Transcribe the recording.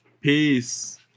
Peace